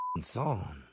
song